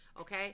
Okay